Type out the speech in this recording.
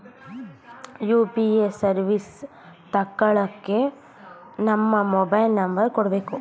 UPA service ತಕ್ಕಳ್ಳಕ್ಕೇ ನಮ್ಮ mobile number ಕೊಡಬೇಕು